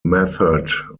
method